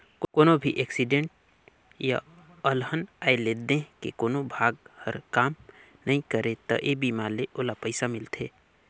कोनो भी एक्सीडेंट य अलहन आये ले देंह के कोनो भाग हर काम नइ करे त ए बीमा ले ओला पइसा मिलथे